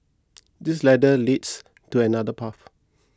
this ladder leads to another path